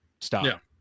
stop